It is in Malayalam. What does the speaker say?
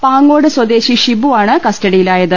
പാങ്ങോട് സ്വദേശി ഷിബുവാണ് കസ്റ്റഡിയിലാ യത്